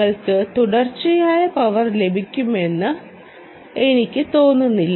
നിങ്ങൾക്ക് തുടർച്ചയായ പവർ ലഭിക്കുമെന്ന് എനിക്ക് തോന്നുന്നില്ല